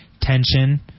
tension